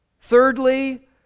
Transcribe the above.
Thirdly